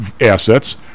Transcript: assets